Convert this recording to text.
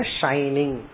shining